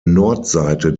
nordseite